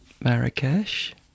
Marrakesh